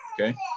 okay